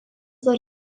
dar